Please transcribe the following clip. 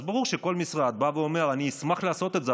אז ברור שכל משרד בא ואומר: אני אשמח לעשות את זה,